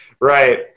Right